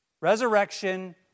resurrection